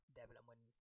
development